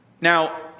Now